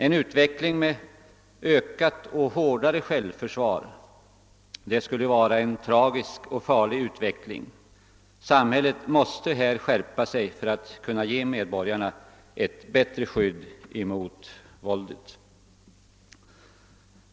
En utveckling mot ökat och hårdare självförsvar skulle vara tragisk och farlig; samhället måste skärpa sig för att kunna ge medborgarna bättre skydd mot våldet.